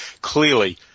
clearly